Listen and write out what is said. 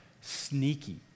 sneaky